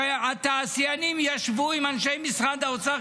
התעשיינים ישבו עם אנשי משרד האוצר,